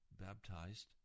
baptized